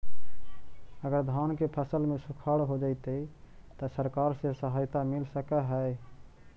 अगर धान के फ़सल में सुखाड़ होजितै त सरकार से सहायता मिल सके हे?